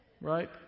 right